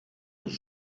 des